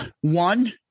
one